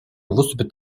выступит